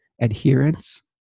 adherence